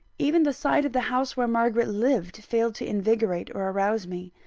even the sight of the house where margaret lived failed to invigorate or arouse me.